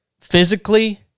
physically